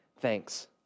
thanks